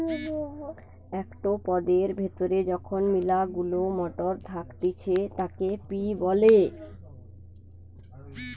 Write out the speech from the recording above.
একটো পদের ভেতরে যখন মিলা গুলা মটর থাকতিছে তাকে পি বলে